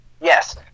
Yes